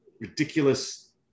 ridiculous